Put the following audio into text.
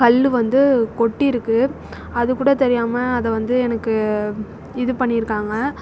கல் வந்து கொட்டியிருக்கு அதுகூட தெரியாமல் அதை வந்து எனக்கு இது பண்ணியிருக்காங்க